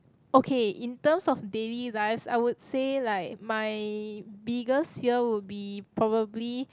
okay in terms of daily lives I would say like my biggest fear would be probably